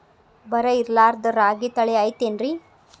ಬರ ಇರಲಾರದ್ ರಾಗಿ ತಳಿ ಐತೇನ್ರಿ?